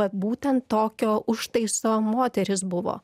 būtent tokio užtaiso moteris buvo